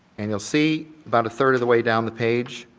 and you'll see about a third of the way down the page,